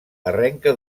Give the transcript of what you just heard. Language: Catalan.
arrenca